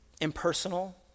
impersonal